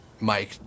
Mike